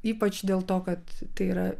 ypač dėl to kad tai yra